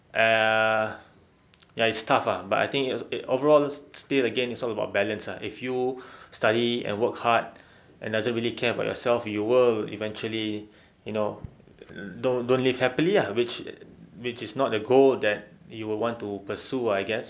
err ya it's tough ah but I think overall still again it's all about balance ah if you study and work hard and doesn't really care about yourself you will eventually you know don't don't live happily ah which which is not the goal that you would want to pursue I guess